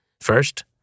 First